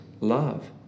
love